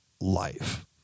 life